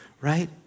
right